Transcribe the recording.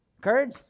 Courage